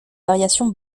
variation